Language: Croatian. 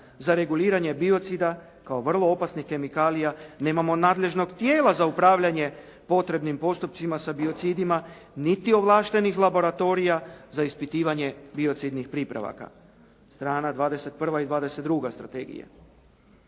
za reguliranje biocida kao vrlo opasnih kemikalija. Nemamo nadležnog tijela za upravljanje potrebnim postupcima sa biocidima niti ovlaštenih laboratorija za ispitivanje biocidnih pripravaka. Strana 21. i 22. strategije.